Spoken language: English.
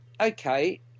okay